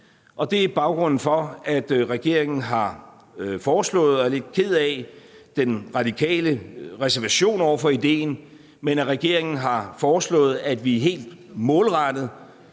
Det er baggrunden for, at regeringen har foreslået – og jeg er lidt ked af den radikale reservation over for ideen – at vi helt målrettet